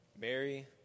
Mary